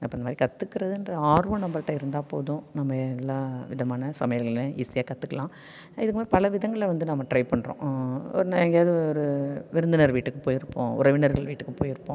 அப்போ இதுமாதிரி கற்றுக்கிறதுன்ற ஆர்வம் நம்மள்ட இருந்தாப் போதும் நம்ம எல்லாவிதமான சமையல்களையும் ஈசியாக கற்றுக்கலாம் இதுமாதிரி பலவிதங்கள்ல வந்து நம்ம ட்ரை பண்ணுறோம் ஒருநா எங்கேயாவது ஒரு விருந்தினர் வீட்டுக்கு போயிருப்போம் உறவினர்கள் வீட்டுக்குப் போயிருப்போம்